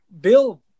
Bill